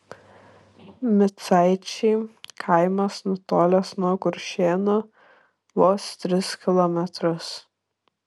micaičiai kaimas nutolęs nuo kuršėnų vos tris kilometrus